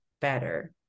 better